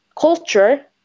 culture